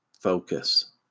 focus